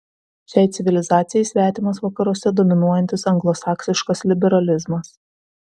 šiai civilizacijai svetimas vakaruose dominuojantis anglosaksiškas liberalizmas